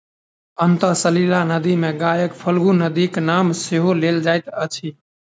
अंतः सलिला नदी मे गयाक फल्गु नदीक नाम सेहो लेल जाइत अछि